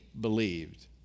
believed